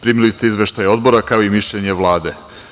Primili ste izveštaj Odbora, kao i mišljenje Vlade.